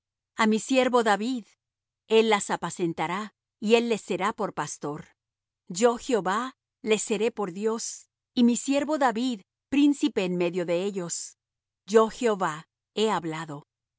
á mi siervo david él las apacentará y él les será por pastor yo jehová les seré por dios y mi siervo david príncipe en medio de ellos yo jehová he hablado